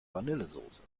vanillesoße